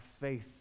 faith